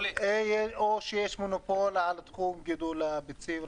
או שיש מונופול על תחום גידול הביצים?